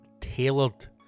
tailored